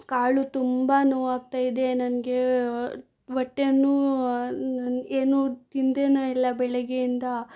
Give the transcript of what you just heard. ಕಾಲು ತುಂಬ ನೋವಾಗ್ತಾಯಿದೆ ನನಗೆ ಹೊಟ್ಟೆನೂ ಏನೂ ತಿಂದೇನೇ ಇಲ್ಲ ಬೆಳಿಗ್ಗೆಯಿಂದ